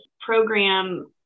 program